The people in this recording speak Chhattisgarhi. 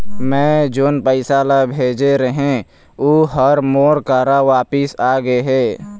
मै जोन पैसा ला भेजे रहें, ऊ हर मोर करा वापिस आ गे हे